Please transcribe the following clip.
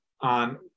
on